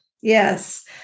Yes